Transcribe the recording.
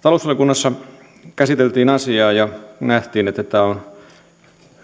talousvaliokunnassa käsiteltiin asiaa ja nähtiin että tässä on